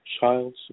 child